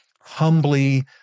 humbly